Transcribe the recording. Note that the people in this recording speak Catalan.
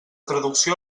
traducció